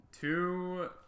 Two